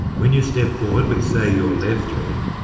when you step forward with, say, your left leg,